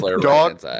Dog